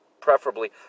preferably